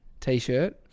t-shirt